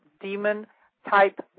demon-type